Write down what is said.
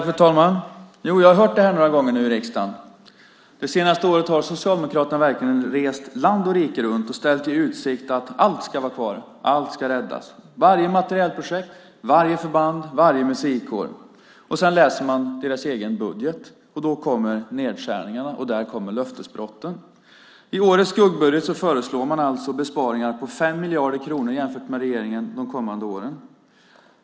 Fru talman! Jag har hört det här några gånger nu i riksdagen. Det senaste året har Socialdemokraterna verkligen rest land och rike runt och ställt i utsikt att allt ska vara kvar, allt ska räddas - varje materielprojekt, varje förband, varje musikkår. Sedan läser man er egen budget, och där kommer nedskärningarna och löftesbrotten. I årets skuggbudget föreslår man alltså besparingar på 5 miljarder mer än vad regeringen föreslår de kommande åren.